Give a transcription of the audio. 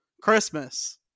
Christmas